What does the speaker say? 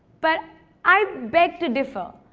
but i beg to differ.